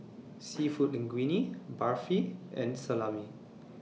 Seafood Linguine Barfi and Salami